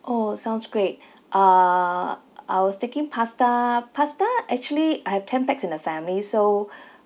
orh sounds great uh I was thinking pasta pasta actually I have ten pax in the family so